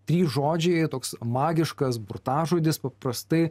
trys žodžiai toks magiškas burtažodis paprastai